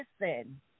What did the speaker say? listen